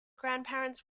grandparents